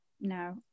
no